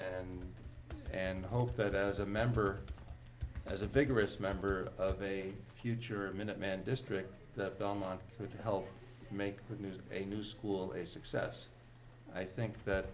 risk and hope that as a member as a vigorous member of a future minuteman district that belmont could help make the news a new school or a success i think that